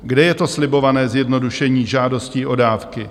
Kde je to slibované zjednodušení žádostí o dávky?